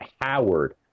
Howard